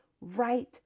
right